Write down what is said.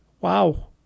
Wow